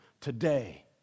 today